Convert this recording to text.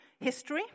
history